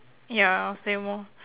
ya I'll same orh